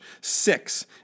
six